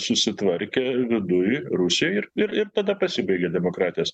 susitvarkė viduj rusijoj ir ir tada pasibaigė demokratijos